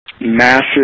massive